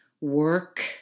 work